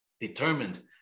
determined